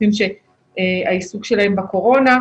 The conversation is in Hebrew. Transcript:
רופאים שהעיסוק שלהם בקורונה.